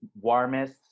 warmest